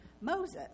Moses